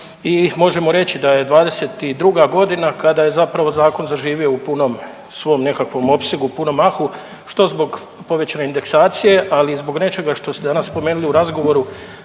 i možemo reći da je '22. godina kada je zapravo zakon zaživio u punom svom nekakvom opsegu punom mahu što zbog povećanje indeksacije, ali i zbog nečega što ste danas spomenuli u razgovor,